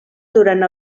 durant